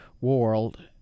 world